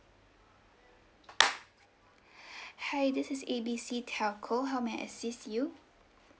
hi this is A B C telco how may I assist you